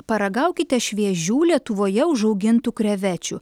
paragaukite šviežių lietuvoje užaugintų krevečių